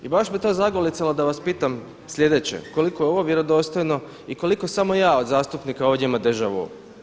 I baš me to zagolicalo da vas pitam sljedeće, koliko je ovo vjerodostojno i koliko samo ja od zastupnika ovdje ima deja vu.